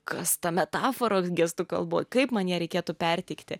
kas ta metafora gestų kalboj kaip man ją reikėtų perteikti